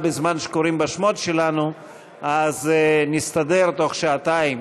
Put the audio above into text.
בזמן שקוראים בשמות שלנו אז נסתדר בתוך שעתיים,